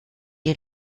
die